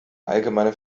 allgemeine